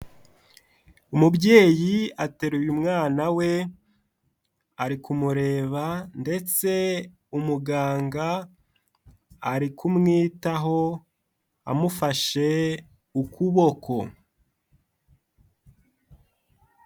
Umubyeyi ateruye mwana we ari kumureba ndetse umuganga ari kumwitaho amufashe ukuboko.